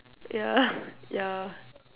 ya ya